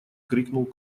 крикнул